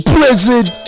Blizzard